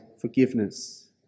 forgiveness